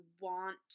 want